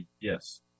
Yes